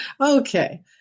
Okay